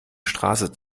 straßen